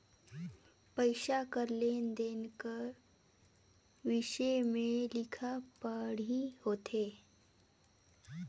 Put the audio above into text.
पइसा कर लेन देन का बिसे में लिखा पढ़ी होथे